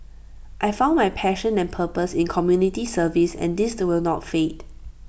I found my passion and purpose in community service and this will not fade